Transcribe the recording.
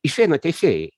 išeina teisėjai